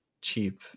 cheap